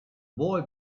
boy